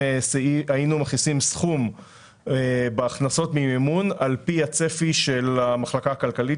מכניסים סכום בהכנסות ממימון על פי הצפי של המחלקה הכלכלית